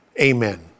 Amen